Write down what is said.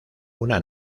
una